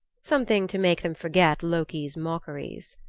something to make them forget loki's mockeries.